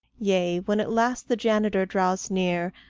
yea, when at last the janitor draws near,